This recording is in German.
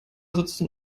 sitzen